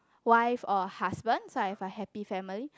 wife or husband so I have a happy family